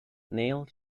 neil